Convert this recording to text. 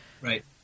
Right